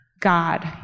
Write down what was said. God